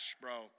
bro